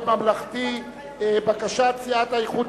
ממלכתי (תיקון מס' 41) (בריאות הנפש) בקשת סיעת האיחוד